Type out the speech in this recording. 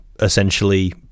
essentially